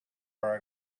are